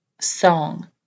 song